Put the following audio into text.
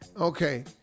Okay